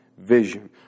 vision